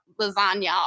lasagna